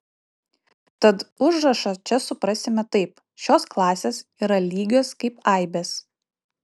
tad užrašą čia suprasime taip šios klasės yra lygios kaip aibės